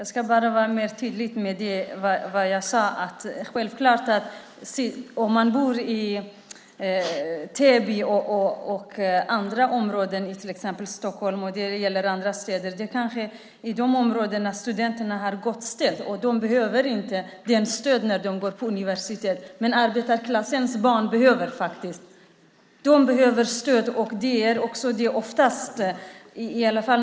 Herr talman! Jag ska förtydliga vad jag sade. Om man bor i Täby och i andra områden i till exempel Stockholm, vilket gäller även andra städer, kanske studenterna har det gott ställt och inte behöver detta stöd när de går på universitetet. Men arbetarklassens barn behöver faktiskt stöd.